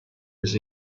his